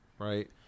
right